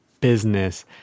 business